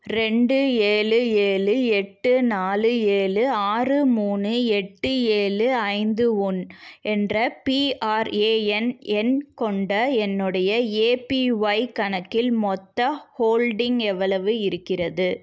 ரெண்டு ஏழு ஏழு எட்டு நாலு ஏழு ஆறு மூணு எட்டு ஏழு ஐந்து ஒன்று என்ற பிஆர்ஏஎன் எண் கொண்ட என்னுடைய ஏபிஒய் கணக்கில் மொத்த ஹோல்டிங் எவ்வளவு இருக்கிறது